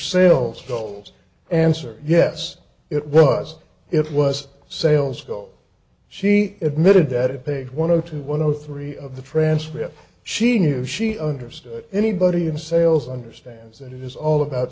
goals answered yes it was it was sales go she admitted that it paid one hundred to one of three of the transcript she knew she understood anybody in sales understands that it is all about